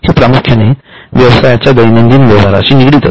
हे प्रामुख्याने व्यवसायाच्या दैनंदिन व्यवहाराशी निगडित असते